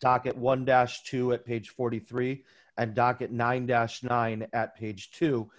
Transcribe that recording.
docket one dash to it page forty three dollars and docket nine dash nine at page two